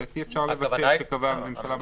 לדעתי אפשר לבטל את "שקבעה הממשלה בתקנות".